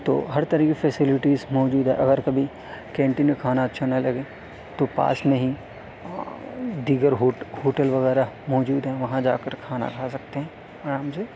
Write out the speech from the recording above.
تو ہر طریقے کی فیسلٹیز موجود ہے اگر کبھی کینٹین کا کھانا اچھا نہ لگے تو پاس میں ہی دیگر ہوٹ ہوٹل وغیرہ موجود ہیں وہاں جا کر کھانا کھا سکتے ہیں آرام سے